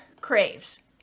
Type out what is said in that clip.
craves